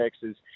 Texas